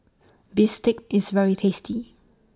Bistake IS very tasty